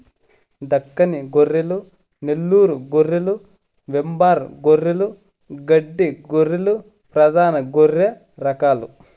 దక్కని గొర్రెలు, నెల్లూరు గొర్రెలు, వెంబార్ గొర్రెలు, గడ్డి గొర్రెలు ప్రధాన గొర్రె రకాలు